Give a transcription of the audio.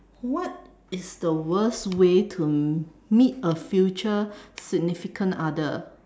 what is the worst way to meet a future significant other